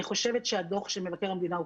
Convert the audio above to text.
אני חושבת שהדוח של מבקר המדינה הוא